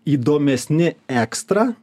įdomesni ekstra